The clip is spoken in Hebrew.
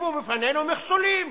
תציבו בפנינו מכשולים.